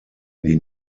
die